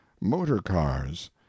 motor-cars